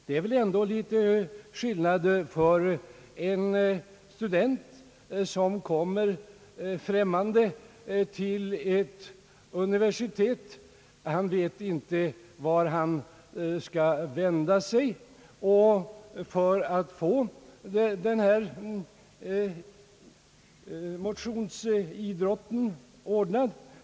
Det är väl ändå litet skillnad för en student, som kommer främmande till universitetet. Han vet inte vart han skall vända sig för att få sin motionsidrott ordnad.